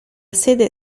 sede